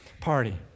party